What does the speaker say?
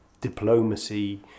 diplomacy